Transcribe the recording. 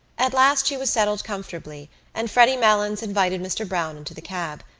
at last she was settled comfortably and freddy malins invited mr. browne into the cab.